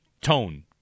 tone